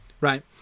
Right